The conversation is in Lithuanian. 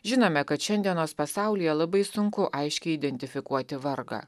žinome kad šiandienos pasaulyje labai sunku aiškiai identifikuoti vargą